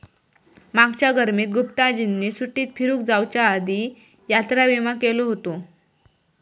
मागच्या गर्मीत गुप्ताजींनी सुट्टीत फिरूक जाउच्या आधी यात्रा विमा केलो हुतो